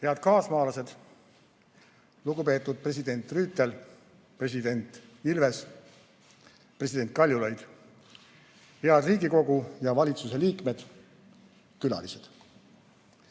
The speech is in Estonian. Head kaasmaalased! Lugupeetud president Rüütel, president Ilves, president Kaljulaid! Head Riigikogu ja valitsuse liikmed, külalised!